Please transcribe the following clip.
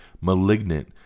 Malignant